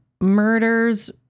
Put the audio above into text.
murders